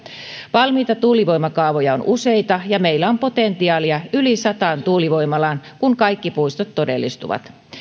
valmiita tuulivoimakaavoja on useita ja meillä on potentiaalia yli sataan tuulivoimalaan kun kaikki puistot todellistuvat